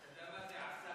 אתה יודע מה זה עסאקלה?